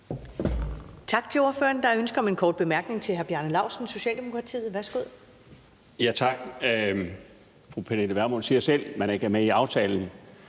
Tak til ordføreren. Der er ønske om en kort bemærkning til hr. Bjarne Laustsen, Socialdemokratiet. Værsgo. Kl. 14:18 Bjarne Laustsen (S): Tak. Fru Pernille Vermund siger selv, at man ikke er med i aftalen,